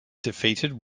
defeated